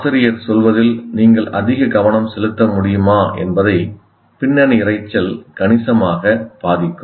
ஆசிரியர் சொல்வதில் நீங்கள் அதிக கவனம் செலுத்த முடியுமா என்பதை பின்னணி இரைச்சல் கணிசமாக பாதிக்கும்